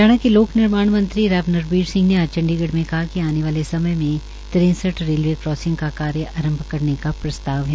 हरियाणा के लोक निर्माण मंत्री राव नरबीर सिंह ने आज चंडीगढ़ में कहा है कि आने वाले समय में तरेसंठ रेलवे क्रासिंग कार्य आरंभ करने का प्रस्ताव है